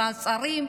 מעצרים,